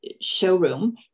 showroom